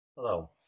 Hello